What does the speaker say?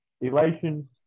elation